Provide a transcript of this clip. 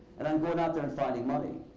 and i'm going out there and finding money.